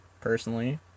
personally